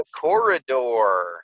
corridor